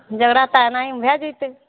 जगराता एनाहीमे भऽ जइतै